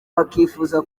bakifuza